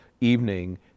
evening